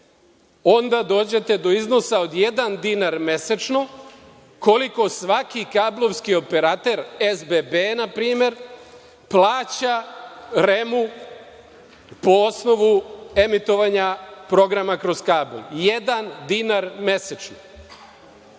onda dođete do iznosa od jedan dinar mesečno, koliko svaki kablovski operater, SBB na primer, plaća REM-u po osnovu emitovanja programa kroz kabl - jedan dinar mesečno.